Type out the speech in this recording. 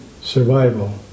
survival